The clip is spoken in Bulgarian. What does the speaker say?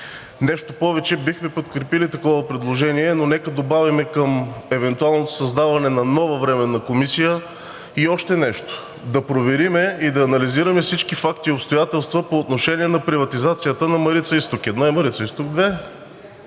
Нещо повече, бихме подкрепили такова предложение, но нека добавим към евентуалното създаване на нова временна комисия и още нещо – да проверим и да анализираме всички факти и обстоятелства по отношение на приватизацията на „Марица изток 1“ и „Марица изток 2“